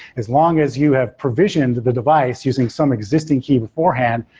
as long as you have provisioned the device using some existing key beforehand,